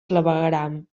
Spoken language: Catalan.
clavegueram